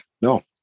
no